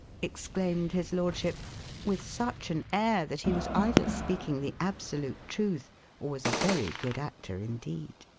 exclaimed his lordship with such an air that he was either speaking the absolute truth or was a very good actor indeed.